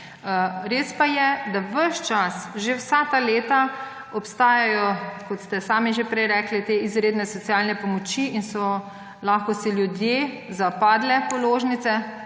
Res pa je, da ves čas, že vsa ta leta obstajajo, kot ste sami že prej rekli, te izredne socialne pomoči in so lahko ljudje zapadle položnice